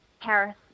Paris